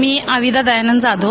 मी Avida Dayanand Jadhav